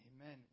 Amen